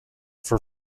for